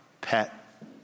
pet